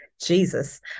Jesus